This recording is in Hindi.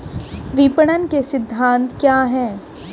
विपणन के सिद्धांत क्या हैं?